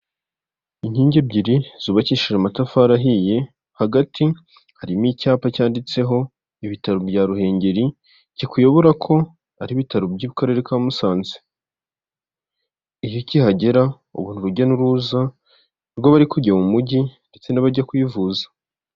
Inkingi ebyiri zubakishije amatafari ahiye, hagati harimo icyapa cyanditseho ibitaro bya Ruhengeri, kikuyobora ko ari ibitaro by'akarere ka Musanze, iyo ukihagera ubona urujya n'uruza rw'abari kujya mu mujyi ndetse n'abajya kwivuza.